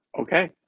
Okay